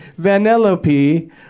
Vanellope